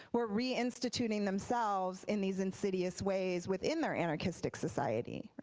were reinstituting themselves in these insidious ways within their anarchist society.